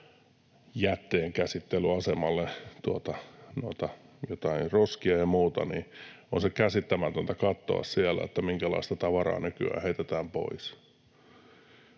jätteenkäsittelyasemalle roskia ja muuta, niin on se käsittämätöntä katsoa siellä, minkälaista tavaraa nykyään heitetään pois.